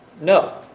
No